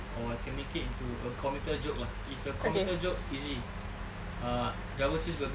or can make it into a comical joke lah if a comical joke easy ah double cheeseburger